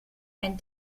ein